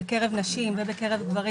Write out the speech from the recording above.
בקרב נשים ובקרב גברים,